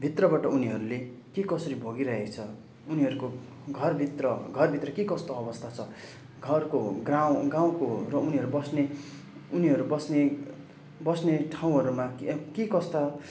भित्रबाट उनीहरूले के कसरी भोगिरहेछ उनीहरूको घर भित्र घर भित्र के कस्तो अवस्था छ घरको गाउँ गाउँको र उनीहरू बस्ने बस्ने ठाउँहरूमा के कस्ता